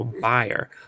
buyer